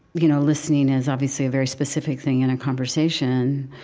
you know, listening is obviously a very specific thing in a conversation,